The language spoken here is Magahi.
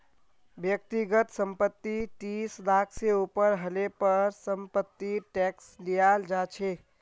व्यक्तिगत संपत्ति तीस लाख से ऊपर हले पर समपत्तिर टैक्स लियाल जा छे